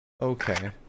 Okay